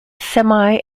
semi